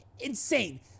Insane